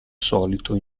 solito